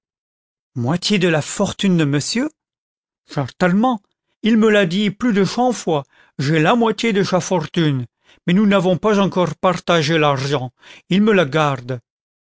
moitié de la fortune de monsieur chertainement il me l'a dit plus de chent fois j'ai la moitié de cha fortune mais nous n'avons pas encore partagé l'argent il me le garde